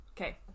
okay